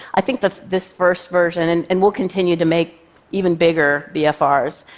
i think but this first version, and and we'll continue to make even bigger bfrs,